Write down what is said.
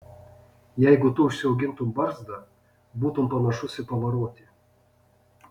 jeigu tu užsiaugintum barzdą būtum panašus į pavarotį